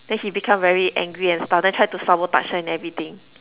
then he become very angry and stuff then try to sabotage her and everything